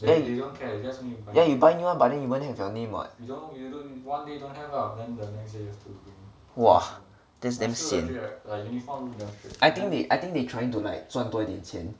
yeah you buy new one but then you won't have your name [what] !wah! that's damn sian I think they trying to like 赚多一点钱